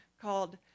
called